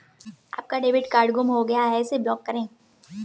आपका debit card गुम हो गया है इसे ब्लॉक करें